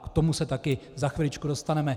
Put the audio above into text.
K tomu se také za chviličku dostaneme.